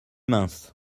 mince